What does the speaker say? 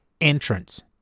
entrance